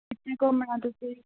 ਕਿੱਥੇ ਘੁੰਮਣਾ ਤੁਸੀਂ